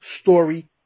story